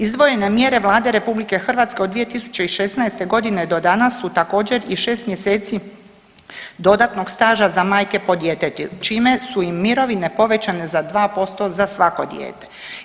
Izdvojene mjere Vlada RH od 2016.g. do danas su također i 6 mjeseci dodatnog staža za majke po djetetu čime su im mirovine povećane za 2% za svako dijete.